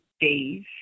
days